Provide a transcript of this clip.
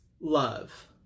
love